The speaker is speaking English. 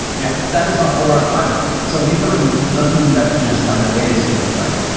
yeah. that is not over five so windowing doesn't mean that you just have the latest window, right?